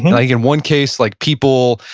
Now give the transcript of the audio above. like in one case, like people,